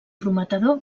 prometedor